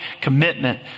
commitment